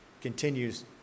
continues